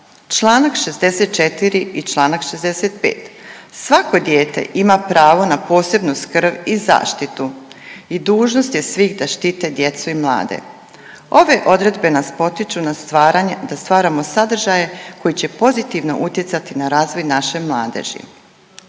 Članak 64. i članak 65. svako dijete ima pravo na posebnu skrb i zaštitu i dužnost je svih da štite djecu i mlade. Ove odredbe nas potiču na stvaranje, da stvaramo sadržaje koji će pozitivno utjecati na razvoj naše mladeži.